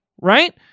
right